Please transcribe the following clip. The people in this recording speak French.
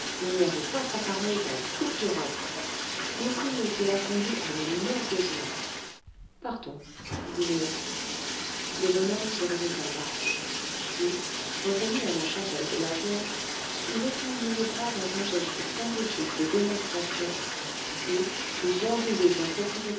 il n'y avait pas sa pareille dans toute l'europe l'ouvrier qui l'a fondue en est mort de joie partons dit léon le bonhomme se remit en marche puis revenu à la chapelle de la vierge il étendit les bras dans un geste synthétique de démonstration et plus orgueilleux qu'un